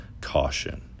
caution